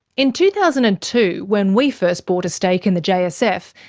in two thousand and two, when we first bought a stake in the jsf,